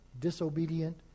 disobedient